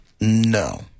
No